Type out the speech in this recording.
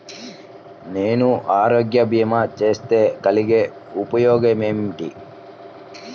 నేను ఆరోగ్య భీమా చేస్తే కలిగే ఉపయోగమేమిటీ?